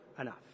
enough